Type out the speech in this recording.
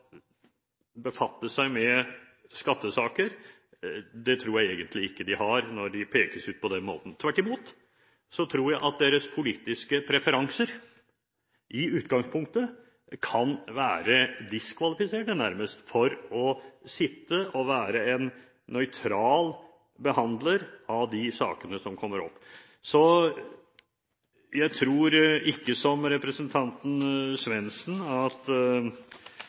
befatte seg med skattesaker, det tror jeg egentlig ikke – når de pekes ut på den måten. Tvert imot tror jeg at deres politiske preferanser i utgangspunktet nærmest kan være diskvalifiserende med tanke på å sitte og være en nøytral behandler av de sakene som kommer opp. Jeg tror ikke som representanten Svendsen, at